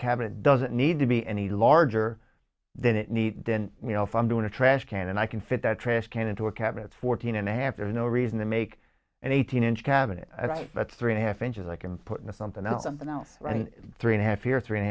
cabin doesn't need to be any larger than it needs then you know if i'm doing a trash can and i can fit that trash can into a cabinet fourteen and a half there's no reason to make an eighteen inch cabinet that's three and a half inches i can put in something else something else and three and a half year three